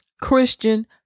Christian